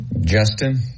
Justin